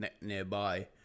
nearby